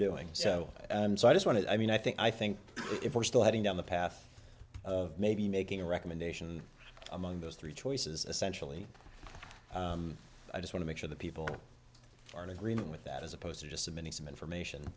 so and so i just wanted i mean i think i think if we're still heading down the path of maybe making a recommendation among those three choices essentially i just wanna make sure that people are in agreement with that as opposed to just submitting some information